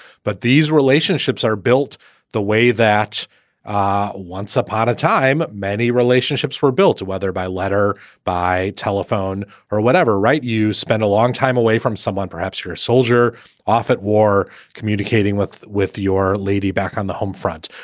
but these relationships are built the way that ah once upon a time many relationships were built, whether by letter, by telephone or whatever. right. you spend a long time away from someone. perhaps you're a soldier off at war communicating with with your lady back on the homefront,